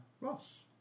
Ross